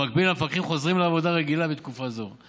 במקביל, המפקחים חוזרים לעבודה רגילה בתקופה זו.